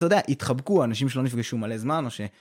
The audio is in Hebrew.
אתה יודע, התחבקו, אנשים שלא נפגשו מלא זמן, או ש...